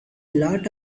lot